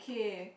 okay